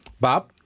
Bob